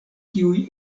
kiuj